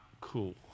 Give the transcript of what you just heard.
cool